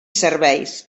serveis